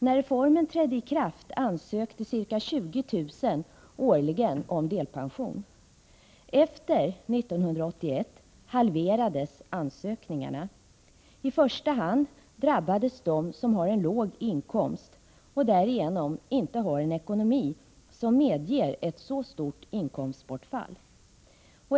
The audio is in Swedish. När reformen trädde i kraft ansökte ca 20 000 människor årligen om delpension. Efter 1981 halverades antalet ansökningar. I första hand drabbades de som har en låg inkomst och därigenom inte har en ekonomi som medger ett så stort inkomstbortfall.